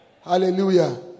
Hallelujah